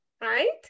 right